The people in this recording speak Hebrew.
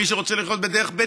ומי שרוצה לחיות בדרך ב',